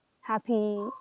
happy